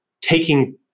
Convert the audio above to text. taking